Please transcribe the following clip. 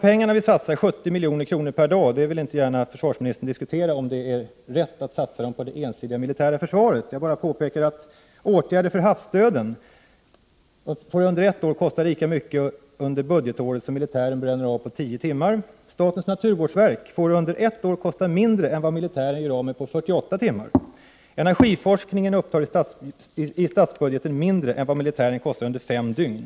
Försvarsministern vill inte gärna diskutera om det är rätt att satsa 70 miljoner per dag på det ensidigt militära försvaret. Jag vill bara påpeka att åtgärder mot havsdöden under ett år får kosta lika mycket som militären bränner av på tio timmar. Statens naturvårdsverk får under ett år kosta mindre än vad militären gör av med på 48 timmar. Energiforskningen upptar i statsbudgeten mindre än vad militären kostar under fem dygn.